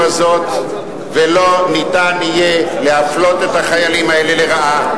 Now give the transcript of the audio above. הזאת ולא יהיה אפשר להפלות את החיילים האלה לרעה.